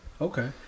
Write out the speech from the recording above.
Okay